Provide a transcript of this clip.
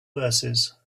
verses